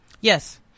Yes